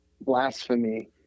blasphemy